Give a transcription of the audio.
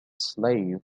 slave